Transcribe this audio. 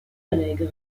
alegre